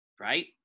right